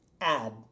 add